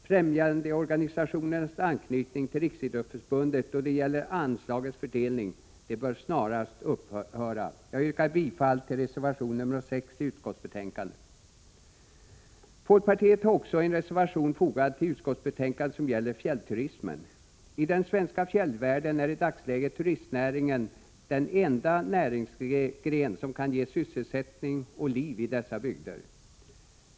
Främjandeorganisationernas anknytning till Riksidrottsförbundet i vad gäller anslagets fördelning bör snarast upphöra. Jag yrkar bifall till reservation 6 i utskottsbetänkandet. Folkpartiet har också en reservation fogad vid utskottsbetänkandet som gäller fjällturismen. I den svenska fjällvärlden är i dagsläget turistnäringen den enda näringsgren som kan ge sysselsättning och liv i dessa bygder.